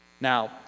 Now